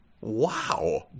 Wow